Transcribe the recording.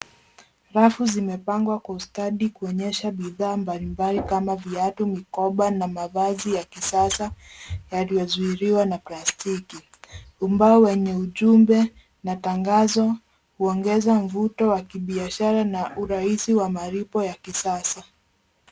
Rafu zimepangwa kwa ustadi kuonyesha bidhaa mbalimbali kama viatu, mikoba na mavazi ya kisasa yaliyozuiliwa na plastiki. Ubao wenye ujumbe na tangazo huongeza mvuto wa kibiashara na urahisi wa malipo ya kisasa.